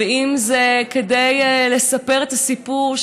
אם זה כדי לספר את הסיפור,